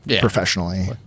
professionally